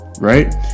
Right